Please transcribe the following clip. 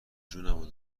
جونمون